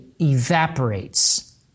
evaporates